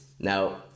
Now